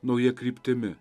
nauja kryptimi